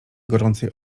gorącej